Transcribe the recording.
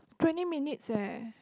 twenty minutes eh